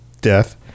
death